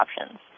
options